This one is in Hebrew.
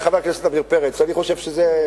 חבר הכנסת עמיר פרץ, אני חושב שזה,